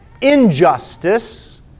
injustice